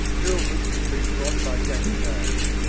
two of which had been brought by jack shay.